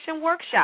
workshop